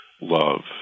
love